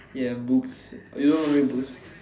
ya books you don't like to read books